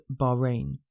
Bahrain